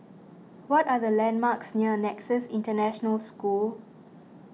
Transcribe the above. what are the landmarks near Nexus International School